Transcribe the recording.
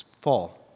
fall